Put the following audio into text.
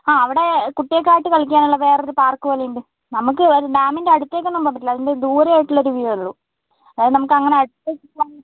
ആ അവിടെ കുട്ടികൾക്കായിട്ട് കളിക്കാനുള്ള വേറെ ഒരു പാർക്ക് പോലെ ഉണ്ട് നമുക്ക് അത് ഡാമിൻ്റെ അടുത്തേക്കൊന്നും പോകുവാൻ പറ്റില്ല അതിൻ്റെ ദൂരെ ആയിട്ടുള്ള വ്യൂവെ ഉള്ളു അത് നമുക്ക് അങ്ങനെ അടുത്തേക്ക് പോകുവാൻ